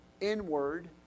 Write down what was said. inward